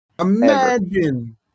Imagine